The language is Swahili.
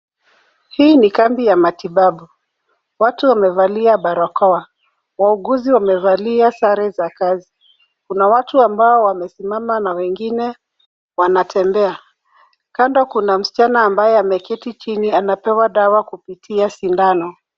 Hii ni kambi ya matibabu. Watu wamevalia barakoa. Wauguzi wamevalia sare za kazi. Kuna watu ambao wamesimama na wengine wanatembea. Kando kuna msichana ambaye ameketi chini anapewa dawa kupitia sindano.